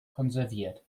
konserviert